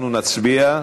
אנחנו נצביע.